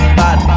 bad